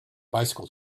bicycle